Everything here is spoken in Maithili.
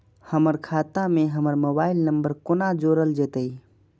हमर खाता मे हमर मोबाइल नम्बर कोना जोरल जेतै?